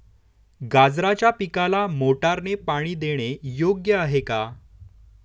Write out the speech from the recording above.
गाजराच्या पिकाला मोटारने पाणी देणे योग्य आहे का?